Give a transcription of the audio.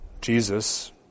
Jesus